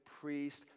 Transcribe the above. priest